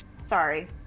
sorry